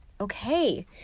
okay